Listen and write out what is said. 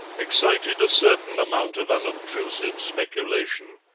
excited a certain amount of unobtrusive speculation.